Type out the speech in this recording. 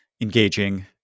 engaging